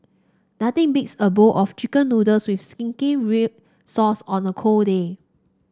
nothing beats a bowl of chicken noodles with zingy red sauce on a cold day